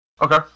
Okay